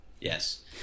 yes